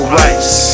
rights